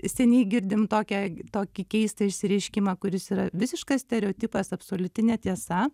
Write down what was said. seniai girdim tokią tokį keistą išsireiškimą kuris yra visiškas stereotipas absoliuti netiesa